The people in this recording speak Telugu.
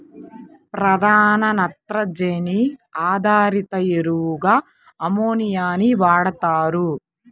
ప్రధాన నత్రజని ఆధారిత ఎరువుగా అమ్మోనియాని వాడుతారు